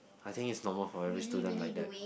I think is normal for every student like that